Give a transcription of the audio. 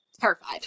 terrified